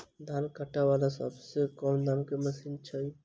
धान काटा वला सबसँ कम दाम केँ मशीन केँ छैय?